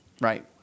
Right